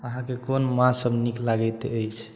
अहाँकेँ कोन माँछ सभ नीक लागैत अछि